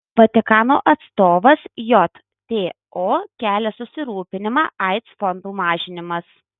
vatikano atstovas jto kelia susirūpinimą aids fondų mažinimas